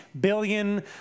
billion